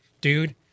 dude